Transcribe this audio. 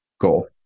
goal